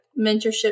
mentorship